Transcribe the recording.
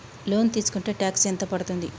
Loan తీస్కుంటే tax ఎంత పడ్తుంది?